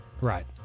right